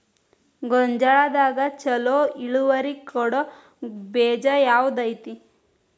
ಗೊಂಜಾಳದಾಗ ಛಲೋ ಇಳುವರಿ ಕೊಡೊ ಬೇಜ ಯಾವ್ದ್ ಐತಿ?